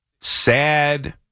sad